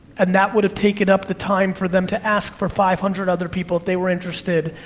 and that would have taken up the time for them to ask for five hundred other people if they were interested,